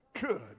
Good